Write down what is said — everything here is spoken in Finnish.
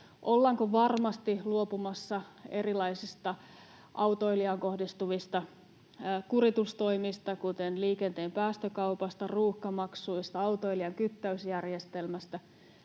Ollaanko varmasti luopumassa erilaisista autoilijaan kohdistuvista kuritustoimista, kuten liikenteen päästökaupasta, ruuhkamaksuista, autoilijan kyttäysjärjestelmästä?